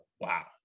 wow